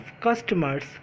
customers